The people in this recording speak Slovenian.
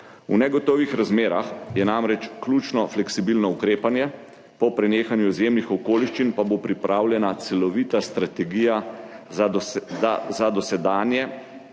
V negotovih razmerah je namreč ključno fleksibilno ukrepanje, po prenehanju izjemnih okoliščin pa bo pripravljena celovita strategija za dosedanjo